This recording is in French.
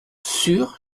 sur